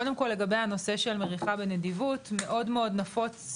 קודם כל לגבי הנושא של מריחה בנדיבות מאוד נפוץ